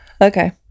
Okay